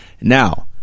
Now